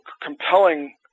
compelling